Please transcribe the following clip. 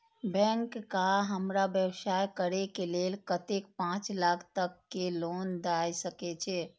Bank का हमरा व्यवसाय करें के लेल कतेक पाँच लाख तक के लोन दाय सके छे?